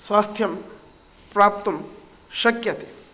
स्वास्थ्यं प्राप्तुं शक्यते